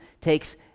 takes